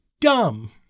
Dumb